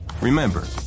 Remember